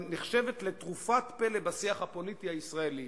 נחשב לתרופת פלא בשיח הפוליטי הישראלי,